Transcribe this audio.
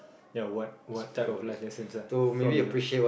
ya what what type of life lessons lah from your